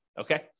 okay